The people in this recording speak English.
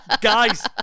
Guys